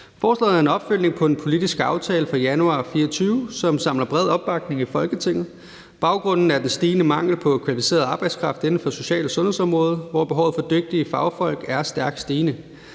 Forslaget er en opfølgning på en politisk aftale fra januar 2024, som har bred opbakning i Folketinget. Baggrunden er den stigende mangel på kvalificeret arbejdskraft inden for social- og sundhedsområdet, hvor behovet for dygtige fagfolk er stærkt stigende.